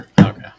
Okay